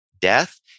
death